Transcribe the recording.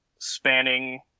spanning